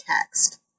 text